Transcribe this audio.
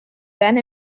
then